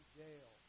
jail